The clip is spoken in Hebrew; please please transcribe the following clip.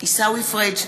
עיסאווי פריג'